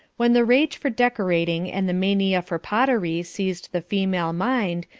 when the rage for decorating and the mania for pottery seized the female mind,